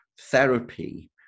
therapy